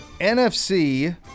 NFC